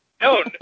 No